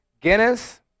Guinness